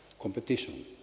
Competition